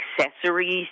accessories